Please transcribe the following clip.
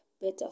better